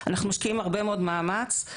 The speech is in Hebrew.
אבל מה שאנחנו עושים זה אומרים לסטודנטים: